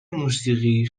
موسیقی